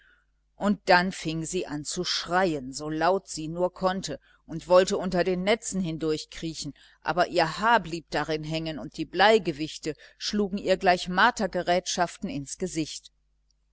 und dann fing sie an zu schreien so laut sie nur konnte und wollte unter den netzen hindurchkriechen aber ihr haar blieb darin hängen und die bleigewichte schlugen ihr gleich martergerätschaften ins gesicht